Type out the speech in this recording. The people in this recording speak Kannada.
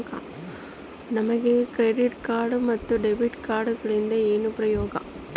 ನಮಗೆ ಕ್ರೆಡಿಟ್ ಕಾರ್ಡ್ ಮತ್ತು ಡೆಬಿಟ್ ಕಾರ್ಡುಗಳಿಂದ ಏನು ಉಪಯೋಗ?